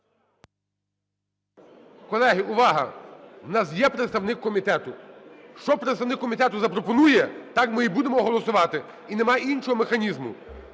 Колеги, увага! У нас є представник комітету. Що представник комітету запропонує, так ми і будемо голосувати. І немає іншого механізму.